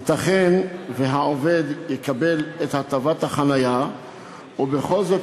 ייתכן שהעובד יקבל את הטבת החניה ובכל זאת